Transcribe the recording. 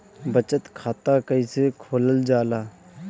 बचत खाता कइसे खोलल जाला?